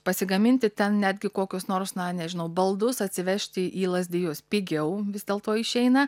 pasigaminti ten netgi kokius nors na nežinau baldus atsivežti į lazdijus pigiau vis dėlto išeina